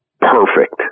perfect